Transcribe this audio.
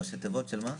ראשי תיבות של מה?